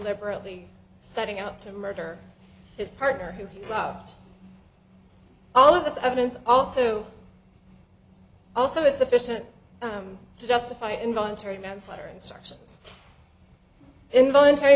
deliberately setting out to murder his partner who he loved all of this evidence also also is sufficient to justify involuntary manslaughter instructions involuntary